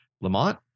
Lamont